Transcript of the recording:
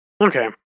Okay